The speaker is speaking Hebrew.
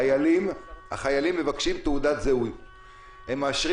החיילים מבקשים תעודת זהות והם מאשרים